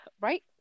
Right